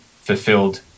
fulfilled